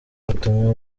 ubutumwa